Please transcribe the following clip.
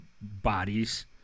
bodies